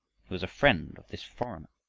was a friend of this foreigner!